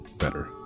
better